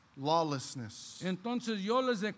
Lawlessness